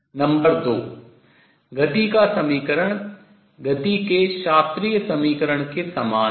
number 2 गति का समीकरण गति के शास्त्रीय समीकरण के समान है